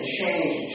change